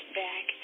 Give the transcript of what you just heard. back